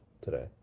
today